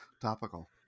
Topical